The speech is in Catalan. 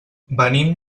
venim